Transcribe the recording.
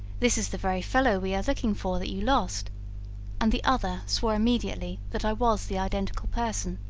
this is the very fellow we are looking for that you lost and the other swore immediately that i was the identical person.